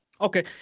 Okay